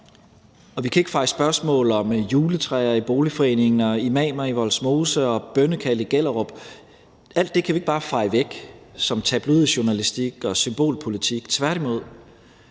Og vi kan ikke feje spørgsmål om juletræer i boligforeninger, imamer i Vollsmose og bønnekald i Gellerup væk; alt det kan vi ikke bare feje væk som tabloidjournalistik og symbolpolitik, tværtimod.